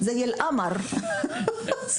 כמו הירח (צוחקת),